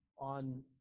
on